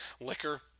liquor